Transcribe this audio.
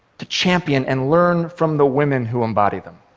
to champion and learn from the women who embody them.